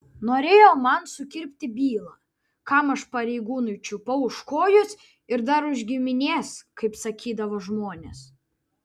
norėjo man sukirpti bylą kam aš pareigūnui čiupau už kojos ir dar už giminės kaip sakydavo žmonės